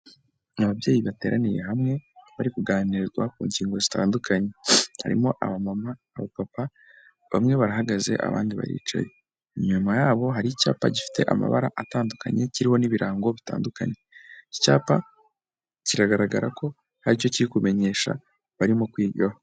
Mu babyeyi bateraniye hamwe bari kuganirwa ku ngingo zitandukanye harimo aba mama aba papa bamwe barahagaze abandi baricaye, inyuma yabo hari icyapa gifite amabara atandukanye kiriho n'ibirango bitandukanye icyapa kigaragara ko hari icyo kikumenyesha barimo kwigaho.